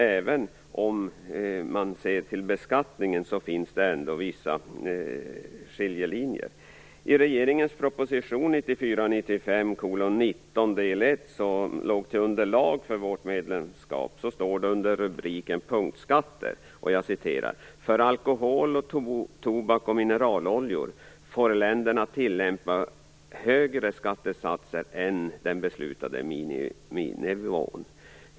Även om man ser till beskattningen, finns det ändå vissa skiljelinjer. I regeringens proposition 1994/95:19, del 1, som utgjorde underlag för vårt medlemskap, står det under rubriken punktskatter: För alkohol, tobak och mineraloljor får länderna tillämpa högre skattesatser än den beslutade miniminivån.